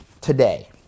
Today